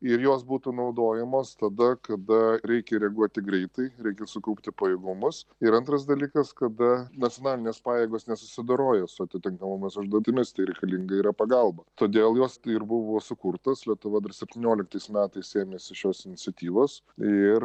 ir jos būtų naudojamos tada kada reikia reaguoti greitai reikia sukaupti pajėgumus ir antras dalykas kada nacionalinės pajėgos nesusidoroja su atitinkamomis užduotimis tai reikalinga yra pagalba todėl jos ir buvo sukurtos lietuva dar septynioliktais metais ėmėsi šios iniciatyvos ir